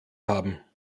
haben